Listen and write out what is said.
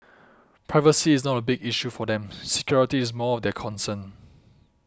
privacy is not a big issue for them security is more of their concern